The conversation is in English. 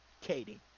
Katie